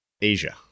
Asia